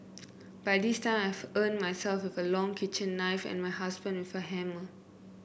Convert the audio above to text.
by this time I have armed myself with a long kitchen knife and my husband with a hammer